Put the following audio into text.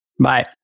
Bye